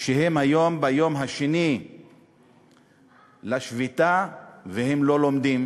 והיום הם ביום השני לשביתה והם לא לומדים.